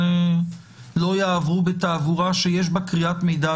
לא יעברו בתעבורה שיש בה קריאת מידע.